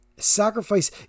Sacrifice